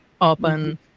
open